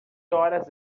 horas